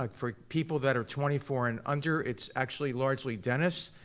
like for people that are twenty four and under, it's actually largely dentists.